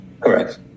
Correct